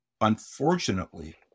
Unfortunately